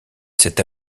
cette